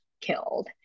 killed